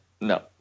no